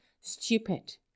stupid